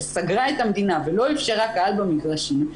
שסגרה את המדינה ולא אפשרה קהל במגרשים,